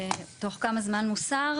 תוך כמה זמן הוא מוסר?